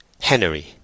Henry